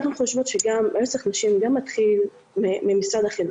אנחנו חושבות שטיפול ברצח נשים גם מתחיל ממשרד החינוך.